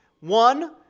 One